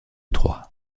trois